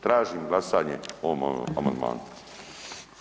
Tražim glasanje o ovome amandmanu.